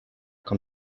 com